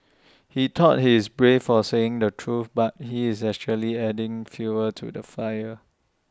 he thought he's brave for saying the truth but he is actually just adding fuel to the fire